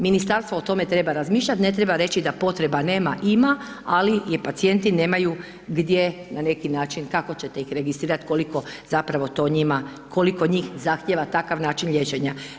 Ministarstvo o tome treba razmišljati, ne treba reći da potreba nema, ima, ali je pacijenti nemaju gdje na neki način, kako ćete ih registrirati koliko zapravo to njima, koliko njih zahtijeva takav način liječenja.